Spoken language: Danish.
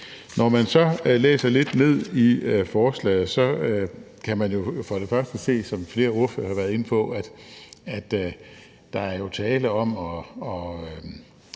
Når man så læser lidt ned i forslaget, kan man jo for det første se, som flere ordførere har været inde på, at der er tale om at